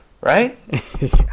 Right